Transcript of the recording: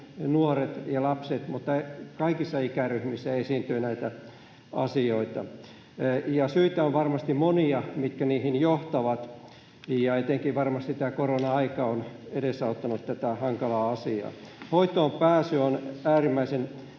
nuoret ja lapset, mutta kaikissa ikäryhmissä esiintyy näitä asioita. On varmasti monia syitä, mitkä niihin johtavat, ja varmasti etenkin tämä korona-aika on edesauttanut tätä hankalaa asiaa. Hoitoon pääsy on äärimmäisen